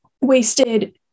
wasted